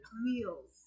meals